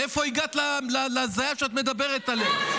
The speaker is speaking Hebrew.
מאיפה הגעת להזיה שאת מדברת עליה?